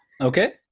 Okay